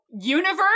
universe